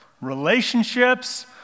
relationships